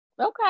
Okay